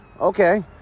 Okay